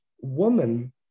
woman